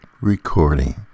recording